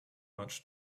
much